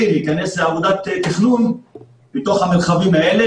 להיכנס לעבודת תכנון בתוך המרחבים האלה,